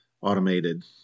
automated